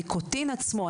הניקוטין עצמו,